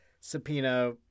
subpoena